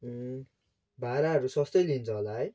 ए भाडाहरू सस्तै लिन्छ होला है